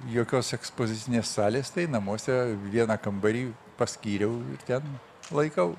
jokios ekspozicinės salės tai namuose vieną kambarį paskyriau ten laikau